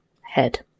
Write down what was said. head